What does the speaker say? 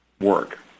work